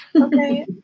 Okay